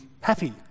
happy